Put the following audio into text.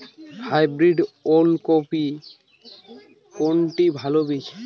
Hybrid ওল কপির কোনটি ভালো বীজ?